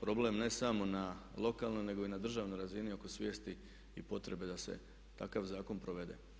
problem ne samo na lokalnoj nego i na državnoj razini oko svijesti i potrebe da se takav zakon provede.